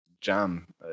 jam